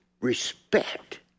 respect